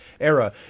era